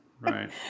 right